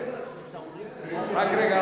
התרבות